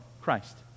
Christ